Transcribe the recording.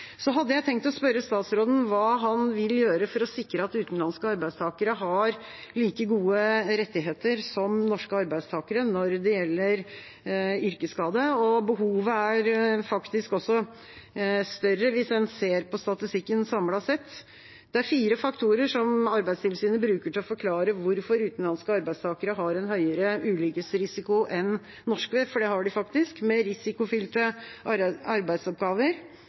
hadde tenkt å spørre statsråden hva han vil gjøre for å sikre at utenlandske arbeidstakere har like gode rettigheter som norske arbeidstakere når det gjelder yrkesskade. Behovet er faktisk større hvis en ser samlet på statistikken. Det er fire faktorer som Arbeidstilsynet bruker til å forklare hvorfor utenlandske arbeidstakere har en høyere ulykkesrisiko enn norske, for det har de faktisk: mer risikofylte arbeidsoppgaver